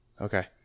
okay